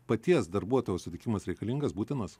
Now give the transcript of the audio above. paties darbuotojo sutikimas reikalingas būtinas